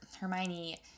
Hermione